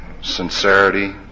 sincerity